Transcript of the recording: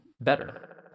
better